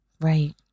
Right